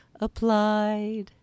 applied